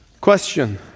Question